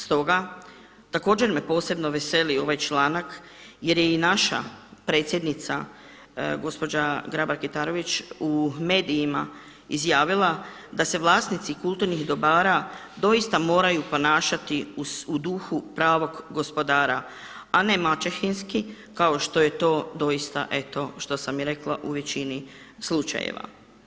Stoga također me posebno veseli ovaj članak jer je i naša predsjednica gospođa Grabar Kitarović u medijima izjavila da se vlasnici kulturnih dobara doista moraju ponašati u duhu pravog gospodara, a ne maćehinski kao što je to doista eto što sam i rekla u većini slučajeva.